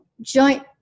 joint